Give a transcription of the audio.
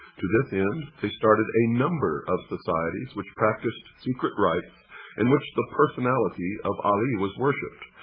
to this end they started a number of societies which practiced secret rites in which the personality of ali was worshipped,